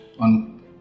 on